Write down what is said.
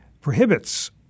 prohibits